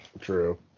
true